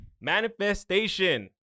Manifestation